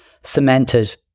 cemented